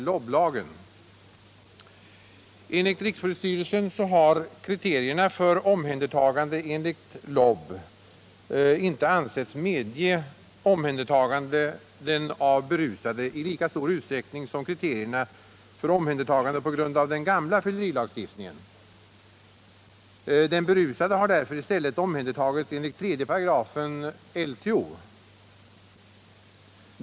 LOB. Enligt rikspolissttyrelsen har kriterierna för omhändertagande av berusade i lika stor utsträckning som kriterierna för omhändertagande på grundval av den gamla fyllerilagstiftningen. Den berusade har därför i stället omhändertagits enligt 3 § LTO.